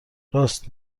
راست